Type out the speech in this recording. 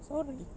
sorry